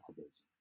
others